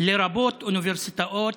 לרבות אוניברסיטאות,